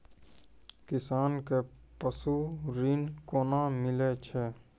किसान कऽ पसु ऋण कोना मिलै छै?